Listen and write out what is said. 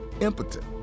impotent